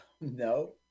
No